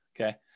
Okay